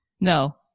No